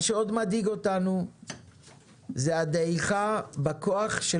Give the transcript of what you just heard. מה שעוד מדאיג אותנו זה הדעיכה בכוח של